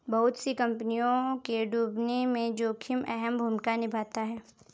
बहुत सी कम्पनियों के डूबने में जोखिम अहम भूमिका निभाता है